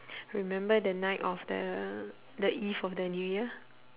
remember the night of the the eve of the new year